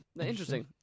Interesting